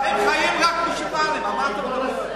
הם חיים רק בשביל, על מה אתה מדבר?